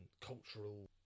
cultural